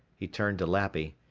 he turned to lappy,